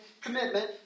commitment